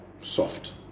soft